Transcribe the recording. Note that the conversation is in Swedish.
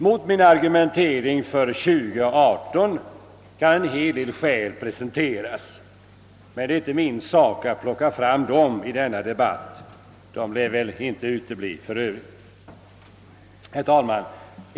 Mot min argumentering för 20—18 år kan en hel del skäl presenteras, men det är inte min sak att plocka fram dem i denna debatt, och de lär för övrigt inte utebli. Herr talman!